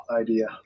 idea